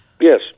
Yes